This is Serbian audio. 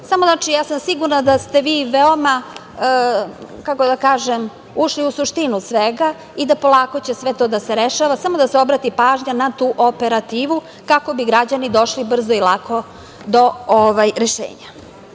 Samo, znači, ja sam sigurna da ste vi veoma, kako da kažem, ušli u suštinu svega i da polako će sve to da se rešava, samo da se obrati pažnja na tu operativu, kako bi građani došli brzo i lako do rešenja. Model